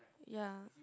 ya